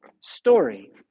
story